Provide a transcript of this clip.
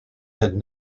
had